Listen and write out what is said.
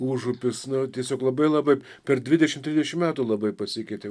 užupis nu tiesiog labai labai per dvidešimt trisdešimt metų labai pasikeitė